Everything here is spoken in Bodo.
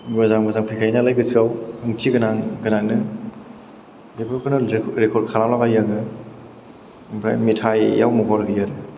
मोजां मोजां फैखायो नालाय गोसोयाव ओंथि गोनां गोनांनो बेफोरखौनो रेकर्द खालामला बायो आङो ओमफ्राय मेथाइयाव महर होयो